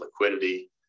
liquidity